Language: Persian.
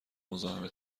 مزاحم